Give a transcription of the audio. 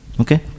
Okay